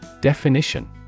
Definition